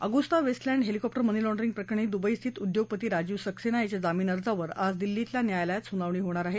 Agusta Westland helicopter money laundering प्रकरणी दुबईस्थित उद्योगपती राजीव सक्सेना याच्या जामीन अर्जावर आज दिल्लीतल्या न्यायालयात सुनावणी होणार आहे